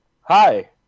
Hi